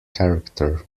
character